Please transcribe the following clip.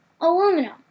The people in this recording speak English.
aluminum